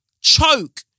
Choke